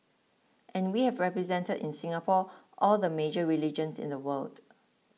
and we have represented in Singapore all the major religions in the world